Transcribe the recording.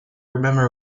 remember